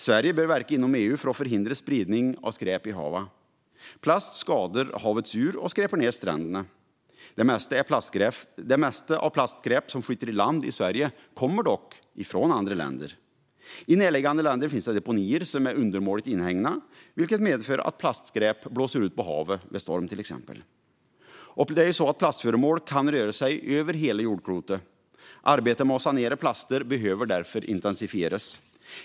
Sverige bör verka inom EU för att förhindra spridning av skräp i haven. Plast skadar havens djur och skräpar ned stränderna. Det mesta av det plastskräp som flyter i land i Sverige kommer dock från andra länder. I närliggande länder finns deponier som är undermåligt inhägnade, vilket medför att plastskräp blåser ut på havet vid storm. Plastföremål kan röra sig över hela jordklotet, och arbetet med att sanera plaster behöver därför intensifieras.